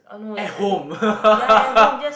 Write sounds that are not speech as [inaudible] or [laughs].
at home [laughs]